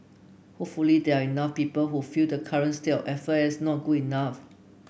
hopefully there are enough people who feel the current state of affairs is not good enough